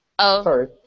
Sorry